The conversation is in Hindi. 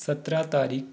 सत्रह तारीख